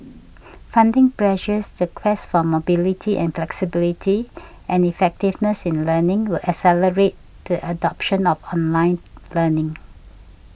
funding pressures the quest for mobility and flexibility and effectiveness in learning will accelerate the adoption of online learning